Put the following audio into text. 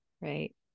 right